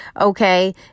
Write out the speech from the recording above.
Okay